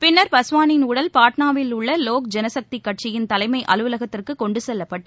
பின்னர் பஸ்வானின் உடல் பட்னாவில் உள்ள லோக் ஜனசக்தி கட்சியின் தலைமை அலுவலகத்திற்கு கொண்டு செல்லப்பட்டு